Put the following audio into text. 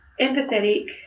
Empathetic